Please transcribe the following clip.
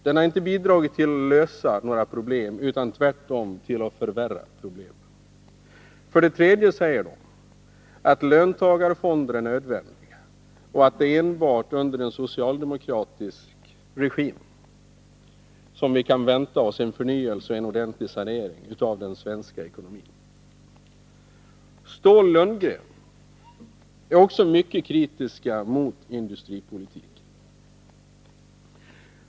Den har inte bidragit till att lösa våra problem, utan tvärtom till att förvärra dem. För det tredje säger de att löntagarfonder är nödvändiga, och att det enbart är under socialdemokratisk regim som vi kan vänta oss en förnyelse och en ordentlig sanering av den svenska ekonomin. Ståhl-Lundgren är också mycket kritiska mot industripolitiken.